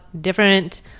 different